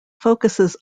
focuses